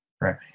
Right